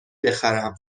بخرم